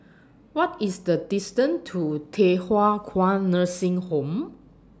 What IS The distance to Thye Hua Kwan Nursing Home